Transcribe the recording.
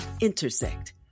intersect